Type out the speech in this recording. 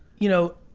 you know,